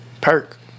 Perk